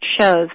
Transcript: shows